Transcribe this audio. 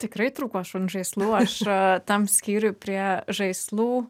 tikrai trūko šuns žaislų ir tam skyriui prie žaislų